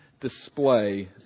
display